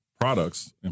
products